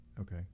okay